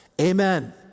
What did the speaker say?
Amen